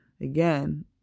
Again